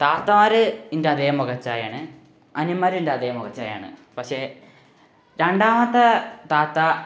തത്തമാർ എന്റെ അതെ മുഖച്ഛായയാണ് അനിയന്മാരും എന്റെ അതേ മുഖച്ഛായയാണ് പക്ഷേ രണ്ടാമത്തെ താത്ത